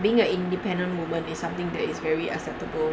being an independent woman is something that is very acceptable